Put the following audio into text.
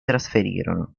trasferirono